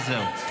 וזהו.